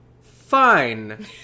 Fine